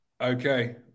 okay